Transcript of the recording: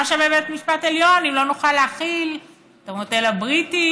מה שווה בית משפט עליון אם לא נוכל להחיל את המודל הבריטי,